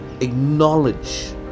acknowledge